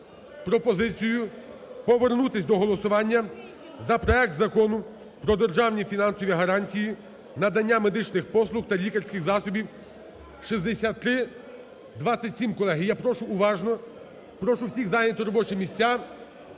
прошу уважно. Прошу всіх зайняти робочі місця